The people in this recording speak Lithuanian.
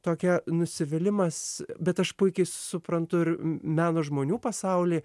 tokia nusivylimas bet aš puikiai suprantu ir meno žmonių pasaulį